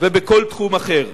ובכל תחום אחר.